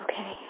Okay